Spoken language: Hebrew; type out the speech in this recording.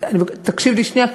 תקשיב לי שנייה,